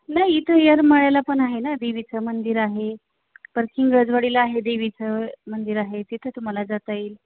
नाही इथं येरमाळ्यालापण आहे ना देवीचं मंदिर आहे परत खिरजवाडीला आहे देवीचं मंदिर आहे तिथं तुम्हाला जाता येईल